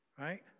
Right